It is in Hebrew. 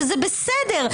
שזה בסדר.